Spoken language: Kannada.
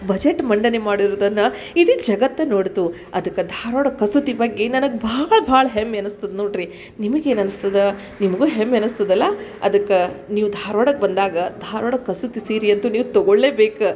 ಬಜೆಟ್ ಮಂಡನೆ ಮಾಡಿರೋದನ್ನು ಇಡೀ ಜಗತ್ತೇ ನೋಡಿತು ಅದಕ್ಕೆ ಧಾರವಾಡ ಕಸೂತಿ ಬಗ್ಗೆ ನನಗೆ ಭಾಳ ಭಾಳ ಹೆಮ್ಮೆ ಅನಿಸ್ತದೆ ನೋಡಿರಿ ನಿಮಿಗೆ ಏನು ಅನಿಸ್ತದೆ ನಿಮಗೂ ಹೆಮ್ಮೆ ಅನ್ನಿಸ್ತದಲ್ಲ ಅದಕ್ಕೆ ನೀವು ಧಾರ್ವಾಡಕ್ಕೆ ಬಂದಾಗ ಧಾರ್ವಾಡ ಕಸೂತಿ ಸೀರೆ ಅಂತೂ ನೀವು ತೊಗೊಳ್ಲೇಬೇಕು